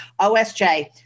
OSJ